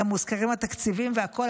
גם מוזכרים התקציבים והכול,